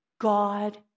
God